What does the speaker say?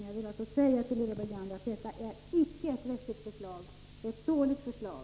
Jag vill säga till Lilly Bergander att propositionsförslaget inte är vettigt utan ett dåligt förslag.